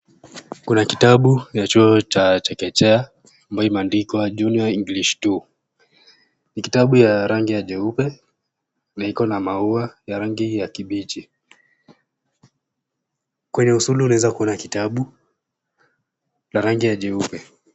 Kuna kita ya chuo cha chekechea ambayo imeandikwa Juniour English 2 ni kitabu ya rangi jeupe na iko na maua ya rangi ya kibichi. Kwenye usulu unaweza kuwa na kitabu na rangi ya jeupe.